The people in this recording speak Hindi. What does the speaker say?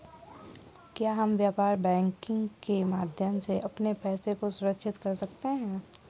क्या हम व्यापार बैंकिंग के माध्यम से अपने पैसे को सुरक्षित कर सकते हैं?